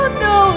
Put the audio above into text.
no